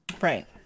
right